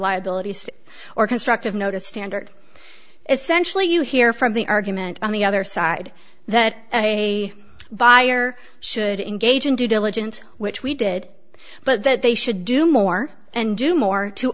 liabilities or constructive notice standard essentially you hear from the argument on the other side that a buyer should engage in due diligence which we did but that they should do more and do more to